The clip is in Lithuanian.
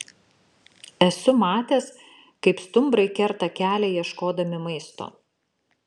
esu matęs kaip stumbrai kerta kelią ieškodami maisto